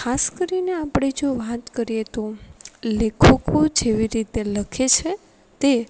ખાસ કરીને આપણે જો વાત કરીએ તો લેખકો જેવી રીતે લખે છે તે